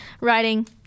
writing